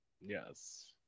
Yes